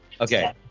Okay